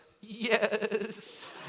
yes